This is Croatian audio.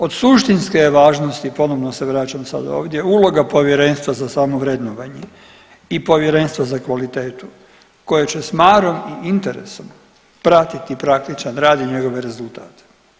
Od suštinske je važnosti ponovno se vraćam sad ovdje uloga Povjerenstva za samovrednovanje i Povjerenstva za kvalitetu koji će sa marom i interesom pratiti praktičan rad i njegove rezultate.